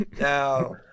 now